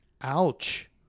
Ouch